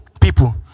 people